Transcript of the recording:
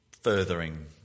furthering